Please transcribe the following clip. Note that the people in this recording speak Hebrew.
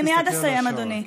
אני מייד אסיים, אדוני.